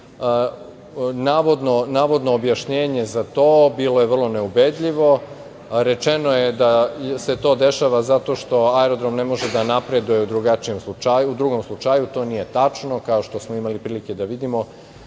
navodno objašnjenje za to bilo je vrlo neubedljivo, rečeno je da se to dešava zato što aerodrom ne može da napreduje u drugom slučaju, to nije tačno, kao što smo imali prilike da vidimo,